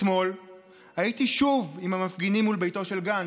אתמול הייתי שוב עם המפגינים מול ביתו של גנץ.